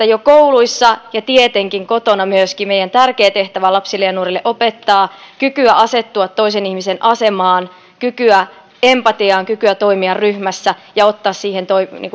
jo kouluissa ja tietenkin kotona myöskin meidän tärkeä tehtävämme on lapsille ja nuorille opettaa kykyä asettua toisen ihmisen asemaan kykyä empatiaan kykyä toimia ryhmässä ja ottaa